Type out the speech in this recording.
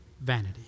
vanity